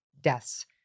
deaths